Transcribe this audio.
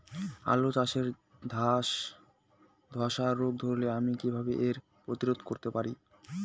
আলু চাষে ধসা রোগ ধরলে আমি কীভাবে এর প্রতিরোধ করতে পারি?